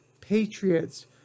patriots